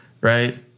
right